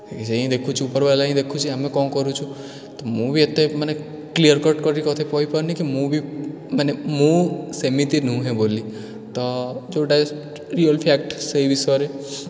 ସେ ହିଁ ଦେଖୁଛି ଉପର୍ୱାଲା ହିଁ ଦେଖୁଛି ଆମେ କ'ଣ କରୁଛୁ ତ ମୁଁ ବି ଏତେ ମାନେ କ୍ଳିଅର୍କଟ୍ କରିକି କଥା କହିପାରୁନି କି ମୁଁ ବି ମାନେ ମୁଁ ସେମିତି ନୁହେଁ ବୋଲି ତ ଯେଉଁଟା ରିଅଲ୍ ଫ୍ୟାକ୍ଟ୍ ସେହି ବିଷୟରେ